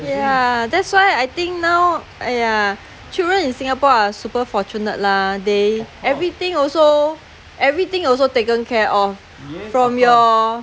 !haiya! that's why I think now !aiya! children in singapore are super fortunate lah they everything also everything also taken care of from your